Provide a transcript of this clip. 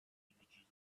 images